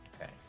Okay